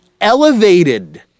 elevated